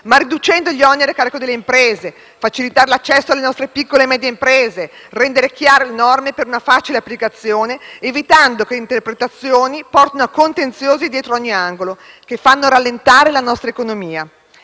ma riducendo gli oneri a carico delle imprese, facilitando l'accesso alle nostre piccole e medie imprese e, rendendo chiare le norme per una facile applicazione, evitando che le interpretazioni portino a contenziosi dietro ogni angolo, che fanno rallentare la nostra economia.